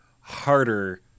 harder